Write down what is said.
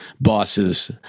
bosses